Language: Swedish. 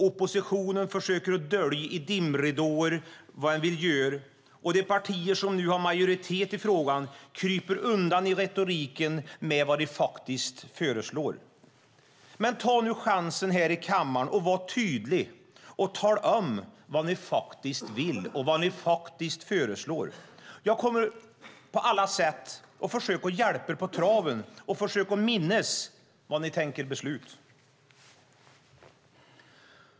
Oppositionen försöker dölja i dimridåer vad man vill göra, och de partier som nu har majoritet i frågan kryper undan i retoriken med vad de faktiskt föreslår. Men ta nu chansen här i kammaren att vara tydliga och tala om vad ni faktiskt vill och vad ni faktiskt föreslår! Jag kommer på alla sätt att försöka hjälpa er på traven med att minnas vad ni tänker besluta.